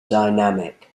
dynamic